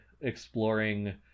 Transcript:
exploring